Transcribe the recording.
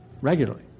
regularly